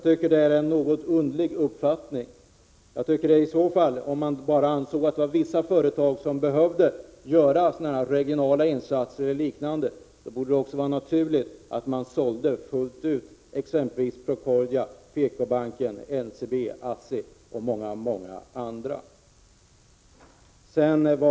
Det är en något underlig uppfattning. Om man bara anser att det finns vissa företag som behöver göra sådana här regionala insatser och liknande, borde det vara naturligt att sälja ut helt när det gäller Procordia, PK-banken, NCB, ASSI och många andra.